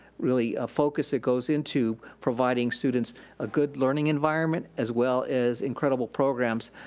really focus that goes into providing students a good learning environment as well as incredible programs.